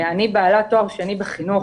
אני בעלת תואר שני בחינוך,